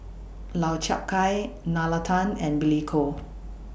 Lau Chiap Khai Nalla Tan and Billy Koh